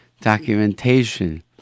documentation